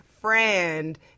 friend